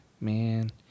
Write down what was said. Man